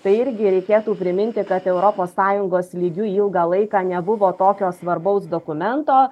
tai irgi reikėtų priminti kad europos sąjungos lygiu ilgą laiką nebuvo tokio svarbaus dokumento